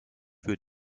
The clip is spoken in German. für